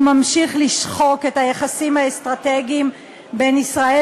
הוא ממשיך לשחוק את היחסים האסטרטגיים שבין ישראל